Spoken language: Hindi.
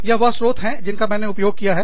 यह वह स्रोत हैं जिनका मैंने उपयोग किया है